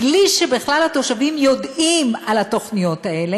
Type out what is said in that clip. בלי שהתושבים בכלל יודעים על התוכניות האלה,